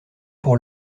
pour